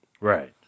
Right